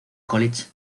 college